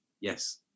Yes